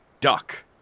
duck